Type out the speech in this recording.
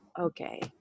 okay